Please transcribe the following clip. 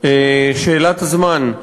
חבל על הזמן.